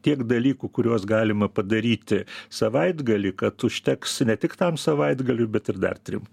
tiek dalykų kuriuos galima padaryti savaitgalį kad užteks ne tik tam savaitgaliui bet ir dar trim